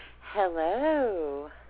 Hello